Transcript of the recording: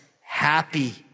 Happy